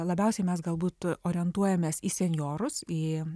labiausiai mes galbūt orientuojamės į senjorus į